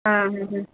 ହଁ